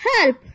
Help